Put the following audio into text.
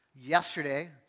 yesterday